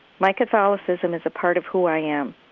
my catholicism is a part of who i am.